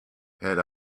had